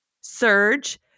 Surge